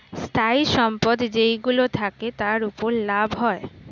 স্থায়ী সম্পদ যেইগুলো থাকে, তার উপর লাভ হয়